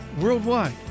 worldwide